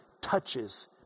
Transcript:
touches